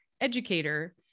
educator